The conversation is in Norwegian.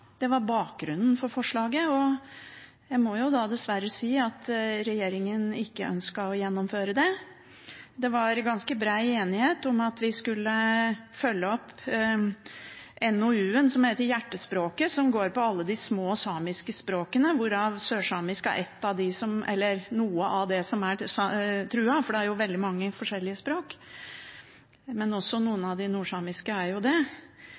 Det var bakgrunnen for forslaget, og jeg må dessverre si at regjeringen ikke ønsket å gjennomføre det. Det var ganske bred enighet om at vi skulle følge opp NOU-en som heter Hjertespråket, som handler om alle de små samiske språkene, hvor sørsamisk er noe av det som er truet, for det er veldig mange forskjellige språk. Men også noen av de nordsamiske er